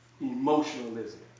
Emotionalism